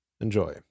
Enjoy